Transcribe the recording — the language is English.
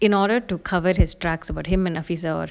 in order to cover his tracks about him and afisah